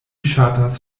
ŝatas